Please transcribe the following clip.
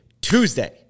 Tuesday